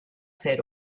fer